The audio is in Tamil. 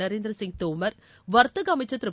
நரேந்திர சிப் தோமர் வர்த்தக அமைச்சர் திரு